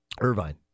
Irvine